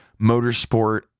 motorsport